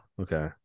okay